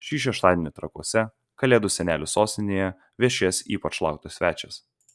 šį šeštadienį trakuose kalėdų senelių sostinėje viešės ypač lauktas svečias